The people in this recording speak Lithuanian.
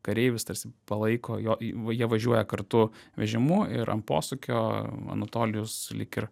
kareivis tarsi palaiko jo jie važiuoja kartu vežimu ir ant posūkio anatolijus lyg ir